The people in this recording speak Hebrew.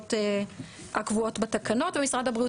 להגדרות הקבועות בתקנות ומשרד הבריאות